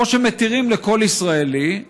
כמו שמתירים לכל ישראלי,